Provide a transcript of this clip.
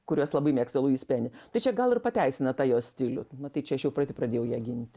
kurios labai mėgsta luis peni tai čia gal ir pateisina tą jos stilių matai čia aš jau pati pradėjau ją ginti